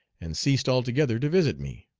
and ceased altogether to visit me.